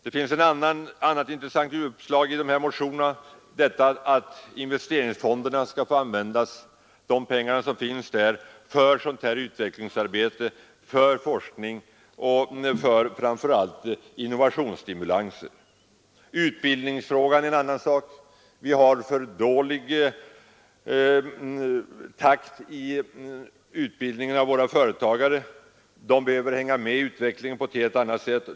Ett annat intressant uppslag i motionerna är att pengarna i investeringsfonderna skulle få användas för utvecklingsarbete, för forskning och framför allt för innovationsstimulanser. Utbildningsfrågan är ytterligare en sak. Vi har för dålig takt i utbildningen av våra företagare. De behöver hänga med i utvecklingen på ett helt annat sätt.